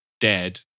dead